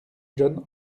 john